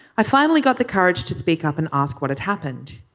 i finally got the courage to speak up and ask what had happened.